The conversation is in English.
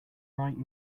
right